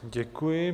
Děkuji.